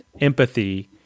empathy